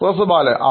professor ബാലആ